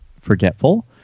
forgetful